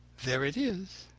there it is!